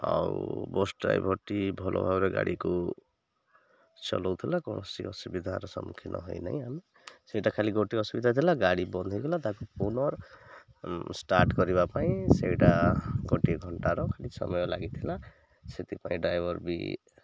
ଆଉ ବସ୍ ଡ୍ରାଇଭରଟି ଭଲ ଭାବରେ ଗାଡ଼ିକୁ ଚଲାଉଥିଲା କୌଣସି ଅସୁବିଧାର ସମ୍ମୁଖୀନ ହୋଇନାହିଁ ଆମେ ସେଇଟା ଖାଲି ଗୋଟିଏ ଅସୁବିଧା ଥିଲା ଗାଡ଼ି ବନ୍ଦ ହେଇଗଲା ତାକୁ ପୁର୍ନ୍ ଷ୍ଟାର୍ଟ୍ କରିବା ପାଇଁ ସେଇଟା ଗୋଟିଏ ଘଣ୍ଟାର ଖାଲି ସମୟ ଲାଗିଥିଲା ସେଥିପାଇଁ ଡ୍ରାଇଭର ବି